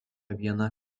viena